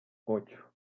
ocho